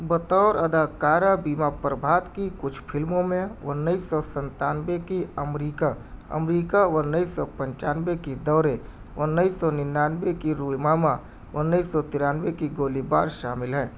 بطور اداکارہ بیما پربھات کی کچھ فلموں میں انیس سو سنتانوے کی امریکہ امریکہ انیس سو پنچانوے کی دورے انیس سو ننانوے کی رویماما انیس سو ترانوے کی گولی بار شامل ہیں